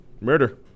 Murder